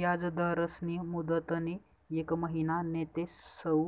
याजदरस्नी मुदतनी येक महिना नैते सऊ